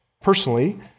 personally